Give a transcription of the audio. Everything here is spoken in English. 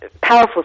powerful